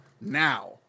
now